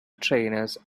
trainers